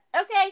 Okay